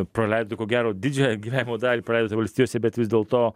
praleidote ko gero didžiąją gyvenimo dalį praleidote valstijose bet vis dėlto